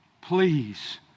please